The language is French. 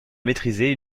maîtriser